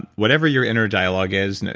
whatever your inner dialogue is, and